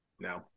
No